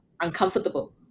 uncomfortable